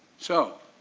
so,